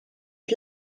het